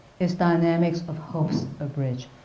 its dynamics of hopes abridged,